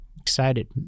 excited